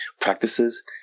practices